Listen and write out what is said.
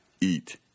eat